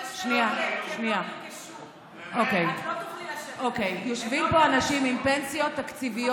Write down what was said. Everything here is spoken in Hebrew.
את לא תוכלי לשבת עליהן כי הן לא נרכשו.